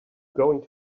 going